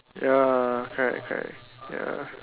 ya correct correct ya